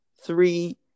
three